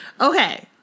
Okay